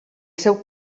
seu